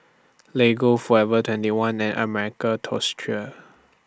Lego Forever twenty one and American Tourister